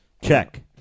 Check